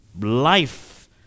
life